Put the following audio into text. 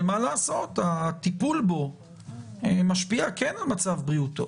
אבל מה לעשות, הטיפול בו משפיע על מצב בריאותו.